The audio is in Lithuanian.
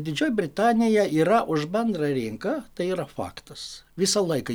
didžioji britanija yra už bendrą rinką tai yra faktas visą laiką ji